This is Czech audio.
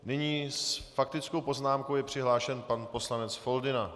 Nyní s faktickou poznámkou je přihlášen pan poslanec Foldyna.